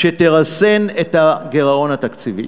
שתרסן את הגירעון התקציבי.